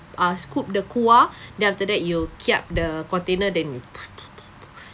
uh scoop the kuah then after that you kiap the container then you